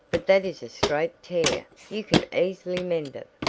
but that is a straight tear. you can easily mend it.